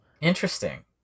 Interesting